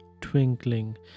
twinkling